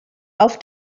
auf